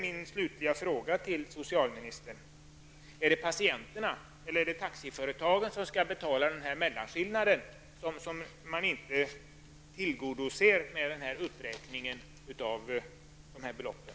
Min slutliga fråga till socialministern är då: Är det patienterna eller är det taxiföretagen som skall betala mellanskillnaden, den del som inte tillgodoses med uppräkning av beloppen?